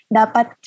dapat